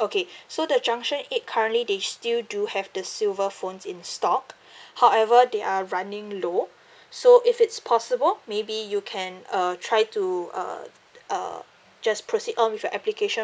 okay so the junction eight currently they still do have the silver phones in stock however they are running low so if it's possible maybe you can uh try to uh t~ uh just proceed on with your application